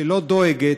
שלא דואגת,